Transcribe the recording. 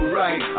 right